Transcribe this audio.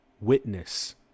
witness